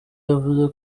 yavuze